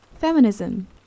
feminism